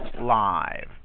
live